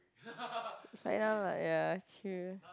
sign up lah ya true